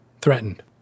threatened